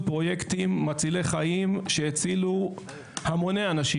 פרויקטים מצילי חיים שהצילו המוני אנשים,